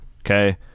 okay